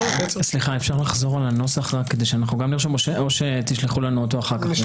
אפשר לחזור על הנוסח או שתשלחו לנו אחר כך?